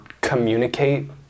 communicate